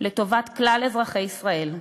לטובת כלל אזרחי ישראל,